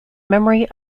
memory